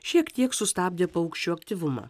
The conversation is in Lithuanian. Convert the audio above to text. šiek tiek sustabdė paukščių aktyvumą